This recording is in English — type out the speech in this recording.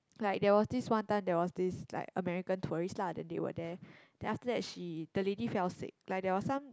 like there was this one time there was this like American tourist lah that they were there then after that she the lady fell sick like there was some